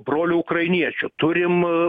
brolių ukrainiečių turim